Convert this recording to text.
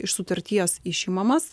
iš sutarties išimamas